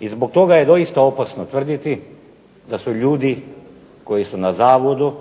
I zbog toga je doista opasno tvrditi da su ljudi koji su na zavodu